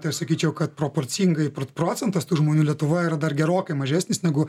tai aš sakyčiau kad proporcingai procentas tų žmonių lietuvoje yra dar gerokai mažesnis negu